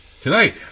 Tonight